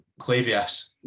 Clavius